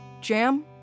Jam